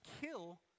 kill